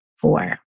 four